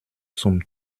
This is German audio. zum